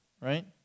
right